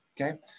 Okay